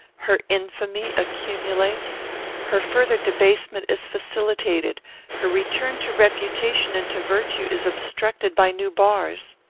her infamy accumulates her further debasement is facilitated her return to reputation and to virtue is obstructed by new bars.